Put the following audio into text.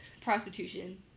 prostitution